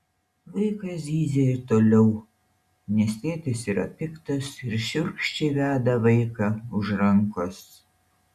vaikas zyzia ir toliau nes tėtis yra piktas ir šiurkščiai veda vaiką už rankos